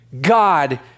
God